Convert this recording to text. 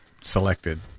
selected